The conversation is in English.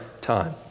time